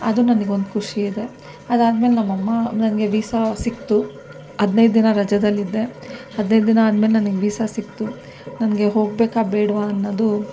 ಅದು ನನಗೊಂದು ಖುಷಿ ಇದೆ ಅದಾದ್ಮೇಲೆ ನಮ್ಮಮ್ಮ ನನಗೆ ವೀಸಾ ಸಿಕ್ತು ಹದ್ನೈದು ದಿನ ರಜದಲ್ಲಿದ್ದೆ ಹದ್ನೈದು ದಿನ ಆದ್ಮೇಲೆ ನನಗೆ ವೀಸಾ ಸಿಕ್ತು ನನಗೆ ಹೋಗಬೇಕಾ ಬೇಡವಾ ಅನ್ನೋದು